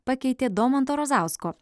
pakeitė domanto razausko